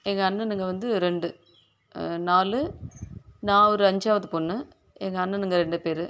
எங்கள் அண்ணனுங்க வந்து ரெண்டு நாலு நான் ஒரு அஞ்சாவது பொண்ணு எங்கள் அண்ணனுங்க ரெண்டு பேர்